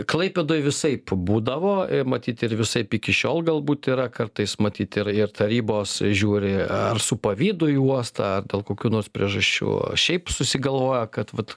klaipėdoj visaip būdavo matyt ir visaip iki šiol galbūt yra kartais matyt ir ir tarybos žiūri ar su pavydu į uostą ar dėl kokių nors priežasčių šiaip susigalvoja kad vat